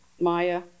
Maya